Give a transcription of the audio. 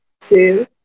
two